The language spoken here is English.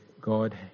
God